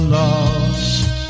lost